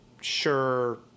sure